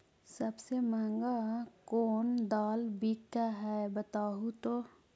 सबसे महंगा कोन दाल बिक है बताहु तो?